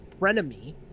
frenemy